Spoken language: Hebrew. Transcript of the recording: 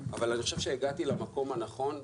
אבל אני חושב שהגעתי למקום הנכון.